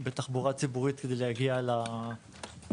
בתחבורה ציבורית כדי להגיע לטיפולים.